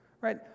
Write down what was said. right